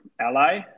ally